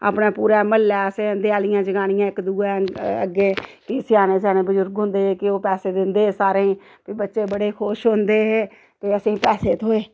अपना पूरा म्हल्ला असें देआली जगानियां इक दुए अग्गें स्याने स्याने बर्जुग होंदे के ओह् पैसे दिंदे हे सारें गी फ्ही बच्चे बड़े खुश होंदे हे ते कि असें गी पैसे थ्होऐ